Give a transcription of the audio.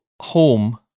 home